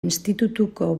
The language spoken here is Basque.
institutuko